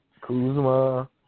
Kuzma